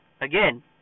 Again